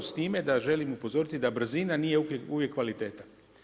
S time da želim upozoriti da brzina nije uvijek kvaliteta.